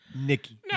Nikki